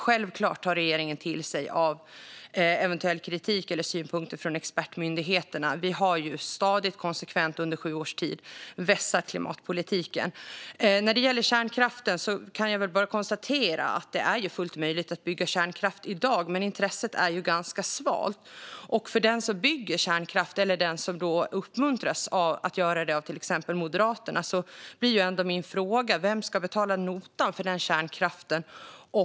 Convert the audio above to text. Självklart tar regeringen till sig av synpunkter och eventuell kritik från expertmyndigheterna. Vi har stadigt och konsekvent under sju års tid vässat klimatpolitiken. När det gäller kärnkraften kan jag bara konstatera att det är fullt möjligt att bygga kärnkraft i dag. Intresset är dock ganska svalt. Om nu någon ska bygga kärnkraft, kanske uppmuntrad att göra det av exempelvis Moderaterna, blir mina frågor: Vem ska betala notan för den kärnkraften?